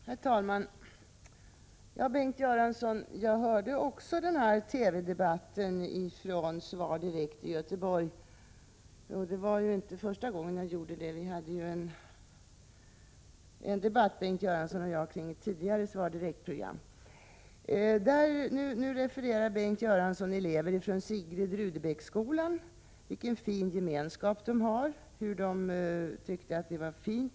Herr talman! Jag hörde också, Bengt Göransson, debatten i TV-programmet Svar direkt från Göteborg. Det var inte första gången jag såg programmet. Bengt Göransson och jag hade en debatt kring ett tidigare Svar direkt-program. Nu refererade Bengt Göransson elever i Sigrid Rudebecks gymnasium och talade om vilken fin gemenskap de har och hur eleverna tyckte att det var fint.